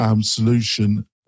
solution